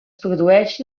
produeixi